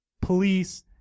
police